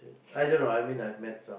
either not I mean I've met some